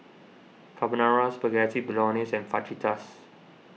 Carbonara Spaghetti Bolognese and Fajitas